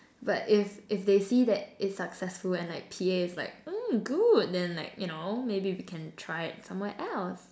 but if if they see that it's successful and like P_A is like mm good then like you know maybe we can try it somewhere else